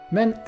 Men